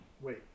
Wait